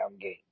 game